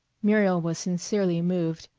muriel was sincerely moved.